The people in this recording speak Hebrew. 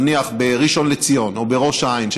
נניח בראשון לציון או בראש העין,